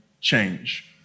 change